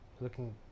looking